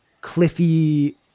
cliffy